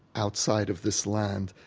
outside of this land,